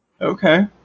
Okay